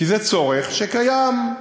כי זה צורך שקיים.